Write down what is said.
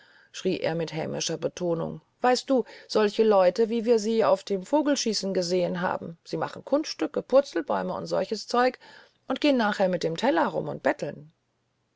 schrie er mit hämischer betonung weißt du solche leute wie wir sie auf dem vogelschießen gesehen haben sie machen kunststücke purzelbäume und solches zeug und gehen nachher mit dem teller herum und betteln